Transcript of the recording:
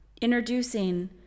introducing